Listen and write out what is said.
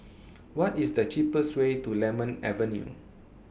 What IS The cheapest Way to Lemon Avenue